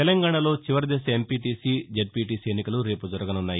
తెలంగాణలో చివరి దశ ఎంపీటీసీ జడ్పీటీసీ ఎన్నికలు రేపు జరగనున్నాయి